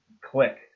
click